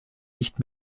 nicht